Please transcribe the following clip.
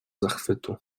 zachwytu